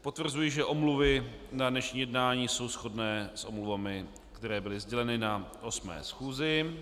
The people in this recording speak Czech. Potvrzuji, že omluvy na dnešní jednání jsou shodné s omluvami, které byly sděleny na 8. schůzi.